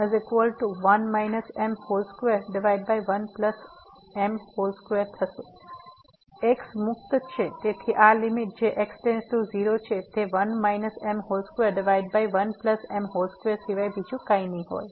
તેથી આ લીમીટ જે x → 0 છે તે 1 m21m2 સિવાય બીજું કંઈ નહીં હોય